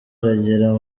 aragera